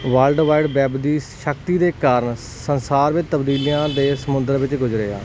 world wide web ਦੀ ਸ਼ਕਤੀ ਦੇ ਕਾਰਨ ਸੰਸਾਰ ਵਿੱਚ ਤਬਦੀਲੀਆਂ ਦੇ ਸਮੁੰਦਰ ਵਿੱਚ ਗੁਜਰਿਆ